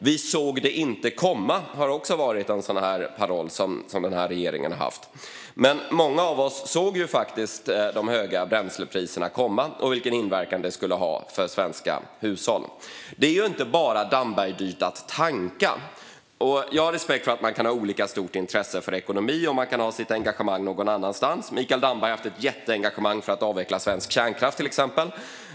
Vi såg det inte komma, har också varit en paroll från regeringen. Men många av oss såg faktiskt de höga bränslepriserna komma och vilken inverkan det skulle ha på svenska hushåll. Det är ju inte bara Dambergdyrt att tanka. Jag har respekt för att man kan ha olika stort intresse för ekonomi och att man kan vara engagerad i något annat. Mikael Damberg har till exempel varit jätteengagerad i att avveckla svensk kärnkraft.